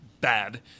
bad